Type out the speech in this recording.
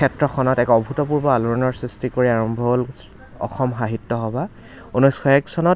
ক্ষেত্ৰখনত এক অভূতপূৰ্ব আলোড়নৰ সৃষ্টি কৰি আৰম্ভ হ'ল অসম সাহিত্য সভা ঊনৈছশ এক চনত